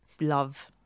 love